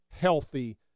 healthy